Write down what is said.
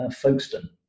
Folkestone